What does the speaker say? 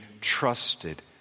trusted